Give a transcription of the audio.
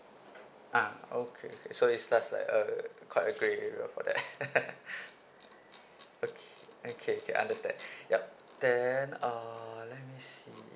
ah okay okay so it starts like uh quite a grey area for that okay okay okay understand yup then uh let me see